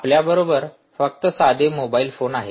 आपल्याबरोबर फक्त साधे मोबाइल फोन आहेत